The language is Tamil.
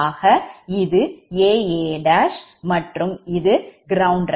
ஆக இது a 𝑎' மற்றும் இது ground reference